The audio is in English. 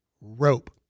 rope